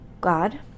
god